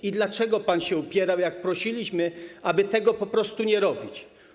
I dlaczego pan się upierał, jak prosiliśmy, aby tego po prostu nie robić?